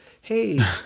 Hey